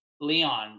leon